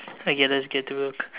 okay let's get to work